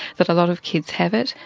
that a lot of kids have it,